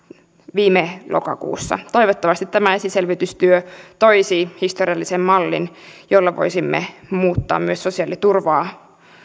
viime lokakuussa toivottavasti tämä esiselvitystyö toisi historiallisen mallin jolla voisimme muuttaa myös sosiaaliturvaa